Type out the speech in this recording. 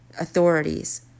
authorities